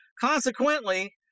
consequently